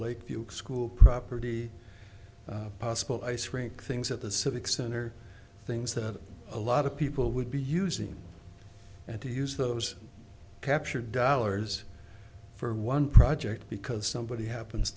lakeview school property possible ice rink things at the civic center things that a lot of people would be using and to use those captured dollars for one project because somebody happens